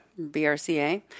BRCA